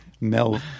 Mel